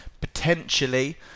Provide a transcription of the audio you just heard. potentially